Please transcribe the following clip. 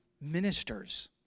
ministers